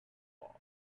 laws